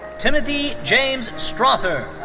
timothy james strother.